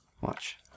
Watch